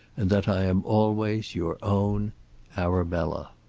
and that i am always your own arabella.